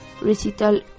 recital